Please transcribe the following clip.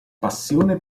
passione